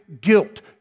guilt